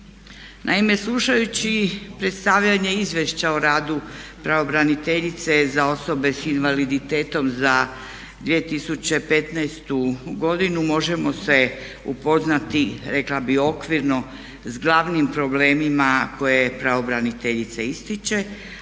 Naime, slušajući predstavljanje izvješća o radu pravobraniteljice za osobe sa invaliditetom za 2015. godinu možemo se upoznati, rekla bih okvirno s glavnim problemima koje pravobraniteljica ističe,